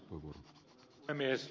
herra puhemies